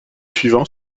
suivants